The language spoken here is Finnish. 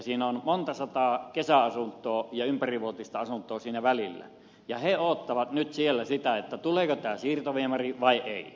siinä välillä on monta sataa kesäasuntoa ja ympärivuotista asuntoa ja he odottavat nyt siellä sitä tuleeko tämä siirtoviemäri vai ei